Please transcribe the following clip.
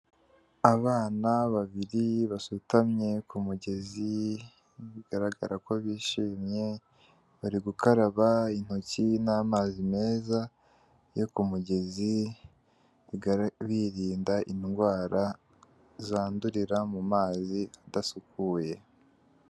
Abana babiri basutamye ku mugezi, bigaragara ko bishimye, bari gukaraba intoki n'amazi meza yo ku mugezi, birinda indwara zandurira mu mazi adasukuye.